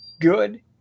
good